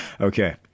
Okay